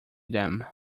them